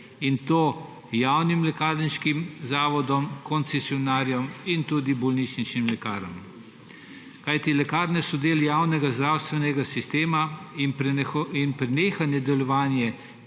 in to javnim lekarniškim zavodom, koncesionarjem in tudi bolnišničnim lekarnam. Lekarne so del javnega zdravstvenega sistema in prenehanje delovanja